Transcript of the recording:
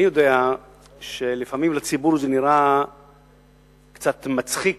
אני יודע שלפעמים לציבור זה נראה קצת מצחיק